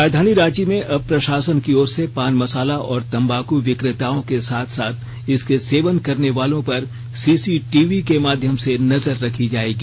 राजधानी रांची में अब प्रशासन की ओर से पान मसाला और तम्बाकू बिकेताओं के साथ साथ इसके सेवन करने वालों पर सीसीटीवी के माध्यम से नजर रखी जायेगी